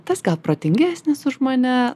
tas gal protingesnis už mane